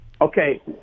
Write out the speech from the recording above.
Okay